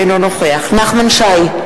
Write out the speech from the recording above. אינו נוכח נחמן שי,